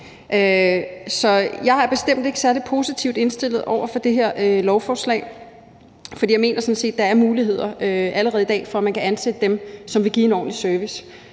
jeg er bestemt ikke særlig positivt indstillet over for det her lovforslag, for jeg mener sådan set, at der allerede i dag er muligheder for, at man kan ansætte dem, som vil give en ordentlig service.